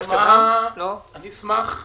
אני אשמח להתעדכן,